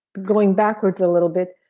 going backwards a little bit,